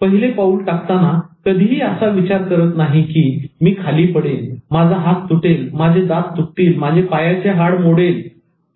पहिले पाऊल टाकताना कधीही असा विचार करत नाही की मी खाली पडेन माझा हात तुटेल माझे दात तुटतील माझे पायाचे हाड मोडले तर